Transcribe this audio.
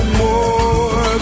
more